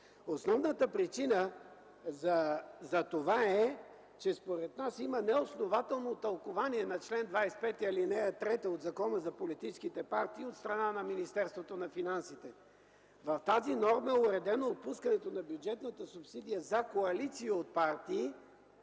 Основната причина за това е, че според нас има неоснователно тълкувание на чл. 25, ал. 3 от Закона за политическите партии от страна на Министерството на финансите. В тази норма е уредено отпускането на бюджетната субсидия за коалиция от партии